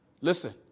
Listen